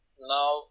now